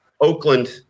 Oakland